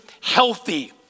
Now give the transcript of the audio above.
healthy